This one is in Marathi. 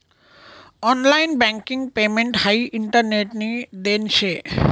ऑनलाइन बँकिंग पेमेंट हाई इंटरनेटनी देन शे